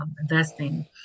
investing